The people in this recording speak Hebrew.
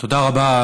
תודה רבה,